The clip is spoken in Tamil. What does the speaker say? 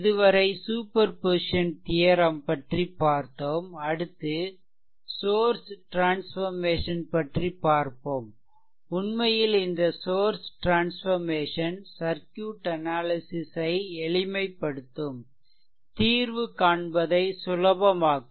இதுவரை சூப்பர்பொசிசன் தியெரெம் பற்றிப்பார்த்தோம்அடுத்து சோர்ஸ் ட்ரான்ஸ்ஃபெர்மேசன் பற்றி பார்ப்போம் உண்மையில் இந்த சோர்ஸ் ட்ரான்ஸ்ஃபெர்மேசன் சர்க்யூட் அனாலிசிஷ் ஐ எளிமைப்படுத்தும் தீர்வு காண்பதை சுலபமாக்கும்